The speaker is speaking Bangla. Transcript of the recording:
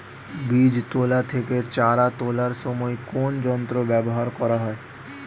বীজ তোলা থেকে চারা তোলার সময় কোন যন্ত্র ব্যবহার করা হয়?